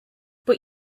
but